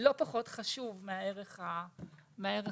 לא פחות חשוב מהערך האחר,